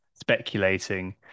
speculating